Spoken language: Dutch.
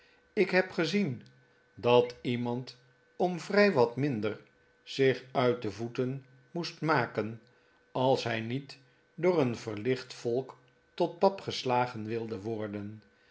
ik heb gezien dat iemand om vrij wat minder zich uit de voeten moest maken als hij niet door een verlicht volk tot pap geslagen wilde worden